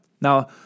Now